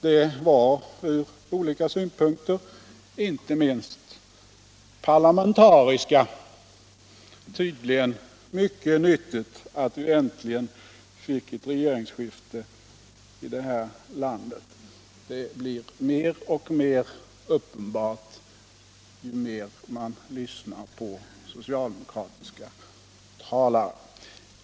Det var från olika synpunkter, inte minst parlamentariska, mycket nyttigt att vi äntligen fick ett regeringsskifte i det här landet — det blir alltmer uppenbart ju mer man lyssnar på socialdemokratiska talare.